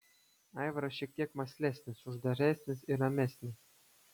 aivaras šiek tiek mąslesnis uždaresnis ir ramesnis